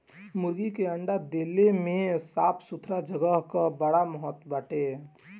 मुर्गी के अंडा देले में साफ़ सुथरा जगह कअ बड़ा महत्व बाटे